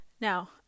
Now